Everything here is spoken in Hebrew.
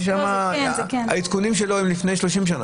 זה הגורם שאנחנו סומכים עליו בניהול המאגר.